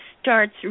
starts